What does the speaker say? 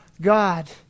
God